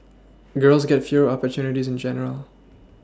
girls get fewer opportunities in general